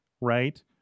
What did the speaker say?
right